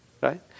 Right